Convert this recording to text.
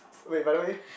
wait by the way